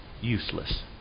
useless